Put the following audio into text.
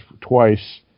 twice